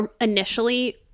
initially